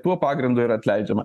tuo pagrindu ir atleidžiama